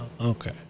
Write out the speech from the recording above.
okay